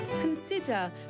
Consider